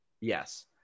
Yes